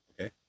Okay